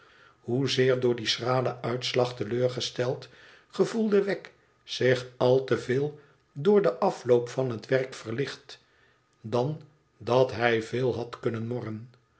hoezeer door dien schralen uitslag te leur gesteld gevoelde wegg zich al te veel door den afloop van het werk verlicht dan dat hij veel had kunnen morren